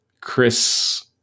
Chris